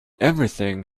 everything